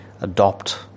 adopt